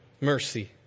mercy